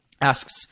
asks